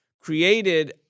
created